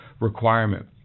requirement